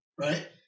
right